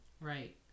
right